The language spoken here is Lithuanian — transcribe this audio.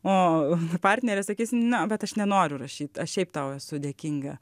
o partnerė sakys na bet aš nenoriu rašyt aš šiaip tau esu dėkinga